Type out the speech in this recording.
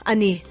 Ani